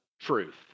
truth